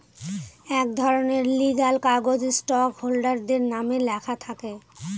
এক ধরনের লিগ্যাল কাগজ স্টক হোল্ডারদের নামে লেখা থাকে